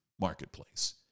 marketplace